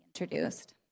introduced